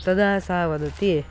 तदा सा वदति